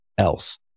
else